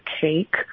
cake